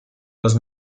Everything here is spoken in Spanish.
los